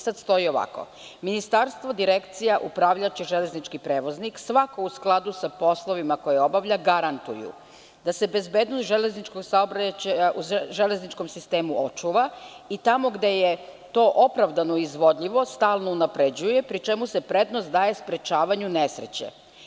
Stoji ovako – Ministarstvo, Direkcija upravljaće železnički prevoznik svako u skladu sa poslovima koje obavlja, garantuju da se bezbednost železničkog saobraćaja u železničkom sistemu očuva i tamo gde to je to opravdano izvodljivo stalno unapređuje, pri čemu se prednost daje sprečavanju nesreće.